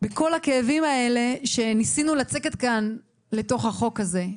בכל הכאבים האלה שניסינו לצקת כאן לתוך החוק הזה.